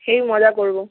heavy মজা করব